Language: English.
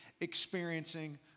experiencing